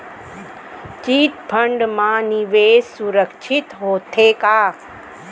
Chit fund मा निवेश सुरक्षित होथे का?